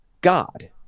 God